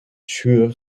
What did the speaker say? schuur